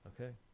Okay